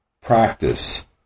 practice